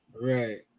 Right